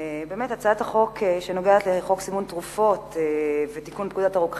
הצעת החוק שנוגעת לסימון תרופות ולתיקון פקודת הרוקחים,